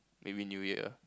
maybe New Year